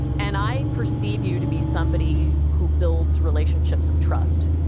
and i perceive you to be somebody who builds relationships of trust.